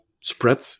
spread